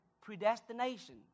predestination